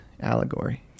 allegory